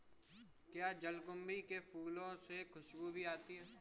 क्या जलकुंभी के फूलों से खुशबू भी आती है